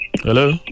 hello